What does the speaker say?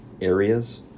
areas